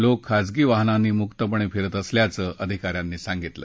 लोक खासगी वाहनांनी मुक्तपणे फिरत असल्याचं अधिका यांनी सांगितलं